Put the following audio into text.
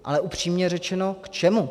Ale upřímně řečeno k čemu?